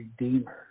redeemer